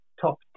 top